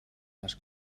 les